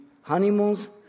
honeymoon's